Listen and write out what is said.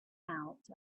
out